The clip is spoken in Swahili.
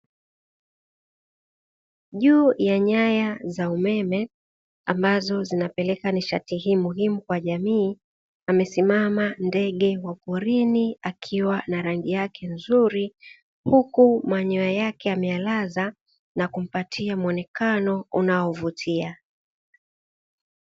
Juu ya nyaya za umeme ambazo zinapeleka nishati hii muhimu kwa jamii, amesimama ndege wa porini akiwa na rangi yake nzuri huku manyoya yake ameyalaza na kumpatia muonekano unaovutia.